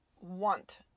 want